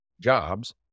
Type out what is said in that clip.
jobs